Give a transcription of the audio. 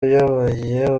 uyoboye